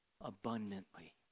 abundantly